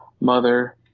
Mother